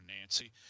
Nancy